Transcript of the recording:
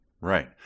Right